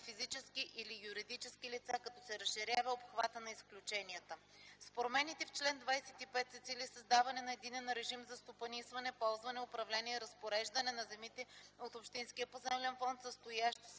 или юридически лица, като се разширява обхвата на изключенията. С промените в чл. 25 се цели създаване на единен режим за стопанисване, ползване, управление и разпореждане на земите от общинския поземлен фонд, състоящ се от